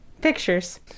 Pictures